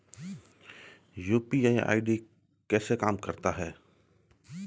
UPI ID कैसे काम करता है?